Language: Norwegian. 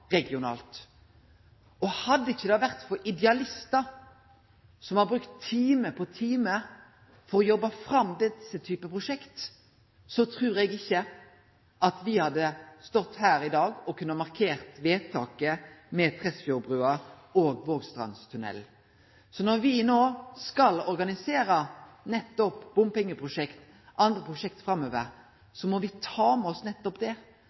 regionalt. Hadde det ikkje vore for idealistar som har brukt time på time for å jobbe fram denne typen prosjekt, trur eg ikkje at me hadde stått her i dag og markert vedtaket med Tresfjordbrua og Vågstrandstunnelen. Når me no skal organisere nettopp bompengeprosjekt og andre prosjekt framover, må me ta med oss nettopp det.